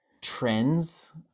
trends